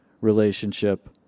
relationship